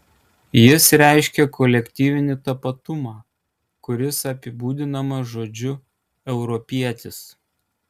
jis reiškia kolektyvinį tapatumą kuris apibūdinamas žodžiu europietis